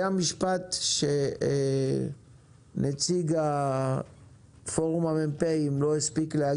היה משפט שנציג פורום המ"פים לא הספיק לומר